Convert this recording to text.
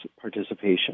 participation